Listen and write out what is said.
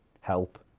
help